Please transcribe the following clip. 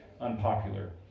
unpopular